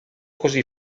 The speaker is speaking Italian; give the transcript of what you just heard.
così